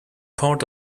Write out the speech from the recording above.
part